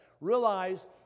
Realize